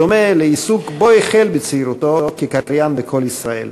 בדומה לעיסוק שבו החל בצעירותו כקריין ב"קול ישראל".